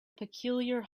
peculiar